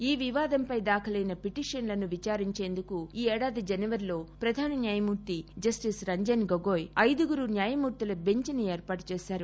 ఈ వివాదంపై దాఖలైన పీటిషన్లను విచారించేందుకు ఈ ఏడాది జనవరిలో ప్రధాన న్యాయమూర్తి జస్టిస్ రంజస్ గోగోయ్ ఐదుగురు న్యాయమూర్తుల బెంచ్ ను ఏర్పాటు చేశారు